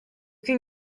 can